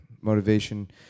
Motivation